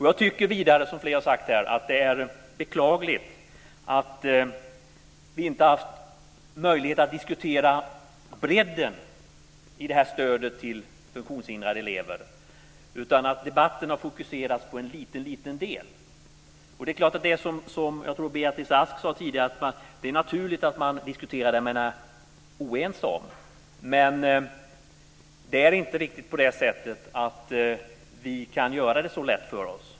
Jag tycker vidare, som fler har sagt här, att det är beklagligt att vi inte har haft möjlighet att diskutera bredden i det här stödet till funktionshindrade elever, utan att debatten har fokuserats på en liten del. Och det är klart att det är så som jag tror Beatrice Ask sade tidigare: Det är naturligt att man diskuterar det man är oense om. Men det är inte riktigt på det sättet att vi kan göra det så lätt för oss.